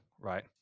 right